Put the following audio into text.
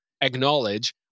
acknowledge